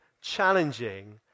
challenging